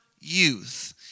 youth